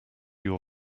your